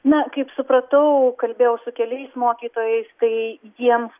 na kaip supratau kalbėjau su keliais mokytojais tai jiems